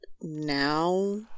now